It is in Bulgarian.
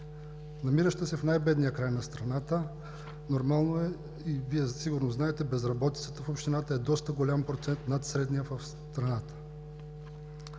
Намираща се в най-бедния край на страната, нормално е и Вие сигурно знаете, безработицата в общината е доста голям процент – над средния в страната.